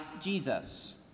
Jesus